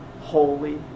holy